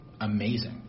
amazing